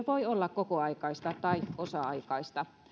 voi olla kokoaikaista tai osa aikaista